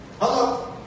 Hello